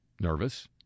nervous